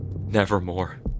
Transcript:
nevermore